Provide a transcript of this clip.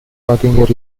parking